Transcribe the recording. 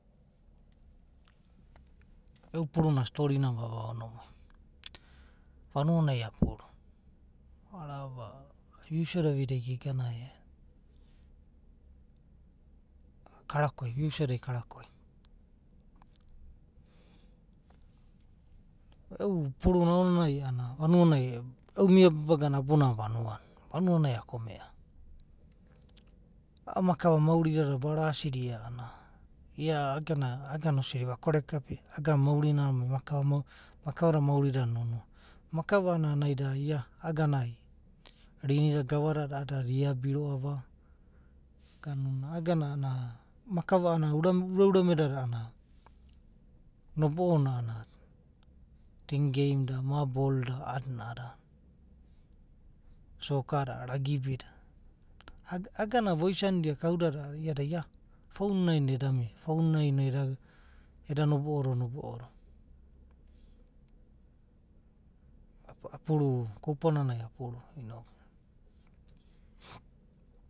E’u paruna storinana vava onivuli, vanua nai apuru arava ai vivsau da vide gegana e’aena, karakoi vuisau da ai karakoi. E’u puruna a’anana vanua nai, vanuanai a’kom’ea. A’a makuva mauri dada marasida ia iagana asidi verasidia a’anana hia iagana. iagana osidi ve’kere kapea a’anana iagana mauri nana meu makang mauri dada, makava meori dada genonoa va. Makang a’anana naida ia iagana rinida gawa dada da iabi roa’va ganune iagana a’anana, makava a’anana ura ura mei da nobo’o na anana tin geim da, mabol da a’adina a’adina. soka da ragbi da. Iaganavoisani dia kaudada iada ia fon nai no ed amia, fon nai ne eda nob’o do nobo’o